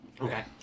Okay